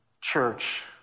church